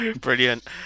Brilliant